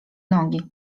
nogi